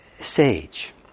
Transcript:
sage